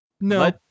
No